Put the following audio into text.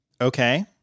okay